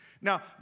Now